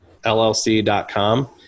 LLC.com